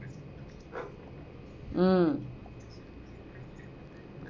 mm